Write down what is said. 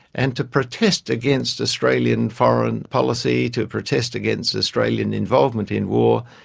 and to protest against australian foreign policy, to protest against australian involvement in war,